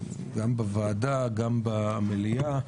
גם בוועדה, גם במליאה.